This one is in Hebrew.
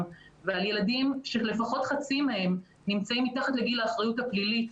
ועל ילדים שלפחות חצי מהם נמצאים מתחת לגיל האחריות הפלילית.